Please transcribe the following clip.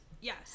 yes